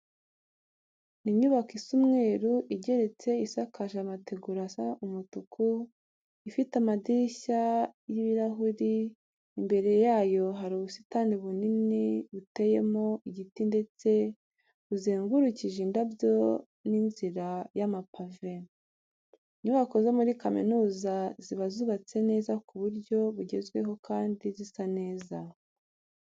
Ni inyubako isa umweru igeretse, isakaje amategura asa umutuku, ifite amadirishya y'ibirahure. Imbere yayo hari ubusitani bunini buteyemo igiti ndetse buzengurukishije indabyo n'inzira y'amapave. Inyubako zo muri kaminuza ziba zubatse neza mu buryo bugezweho kandi zisa neza.